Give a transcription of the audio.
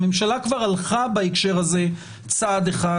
הממשלה כבר הלכה בהקשר הזה צעד אחד,